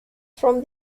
from